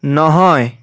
নহয়